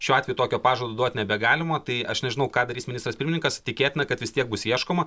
šiuo atveju tokio pažado duot nebegalima tai aš nežinau ką darys ministras pirmininkas tikėtina kad vis tiek bus ieškoma